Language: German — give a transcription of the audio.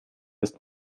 ist